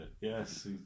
Yes